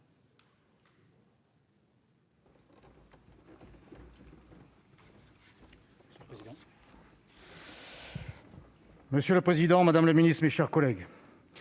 Monsieur le président, madame la ministre, mes chers collègues,